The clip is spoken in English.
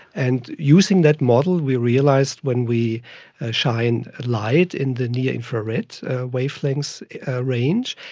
and using that model we realised when we ah shine a light in the near-infrared wavelength range,